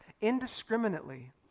indiscriminately